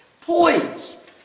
Poise